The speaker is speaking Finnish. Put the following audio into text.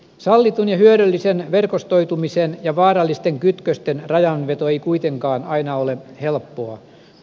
sallitun ja hyödyllisen verkostoitumisen ja vaarallisten kytkösten rajanveto ei kuitenkaan aina ole helppoa